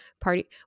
party –